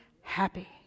happy